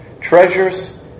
Treasures